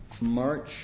March